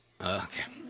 Okay